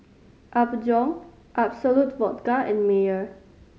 Apgujeong Absolut Vodka and Mayer